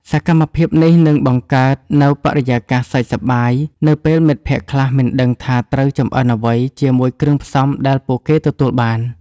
សកម្មភាពនេះនឹងបង្កើតនូវបរិយាកាសសើចសប្បាយ នៅពេលមិត្តភក្តិខ្លះមិនដឹងថាត្រូវចម្អិនអ្វីជាមួយគ្រឿងផ្សំដែលពួកគេទទួលបាន។